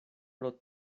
pro